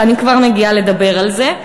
ואני כבר מגיעה לדבר על זה.